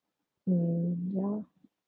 mmhmm